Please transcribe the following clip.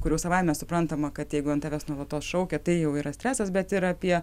kurių savaime suprantama kad jeigu ant tavęs nuolatos šaukia tai jau yra stresas bet ir apie